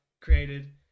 created